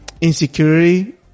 insecurity